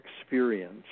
experience